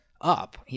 up